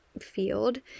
field